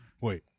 wait